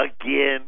again